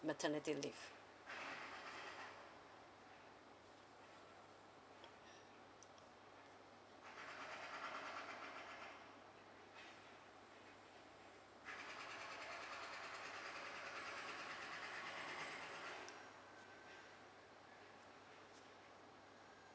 maternity leave